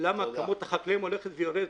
כמות החקלאים הולכת ויורדת.